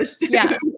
yes